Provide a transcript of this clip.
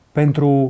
pentru